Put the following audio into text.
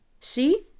See